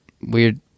weird